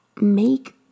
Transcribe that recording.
make